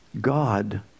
God